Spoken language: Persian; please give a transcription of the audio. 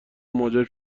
موجب